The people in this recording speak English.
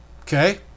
Okay